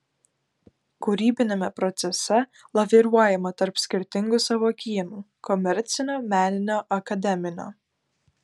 kūrybiniame procese laviruojama tarp skirtingų sąvokynų komercinio meninio akademinio